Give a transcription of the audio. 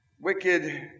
wicked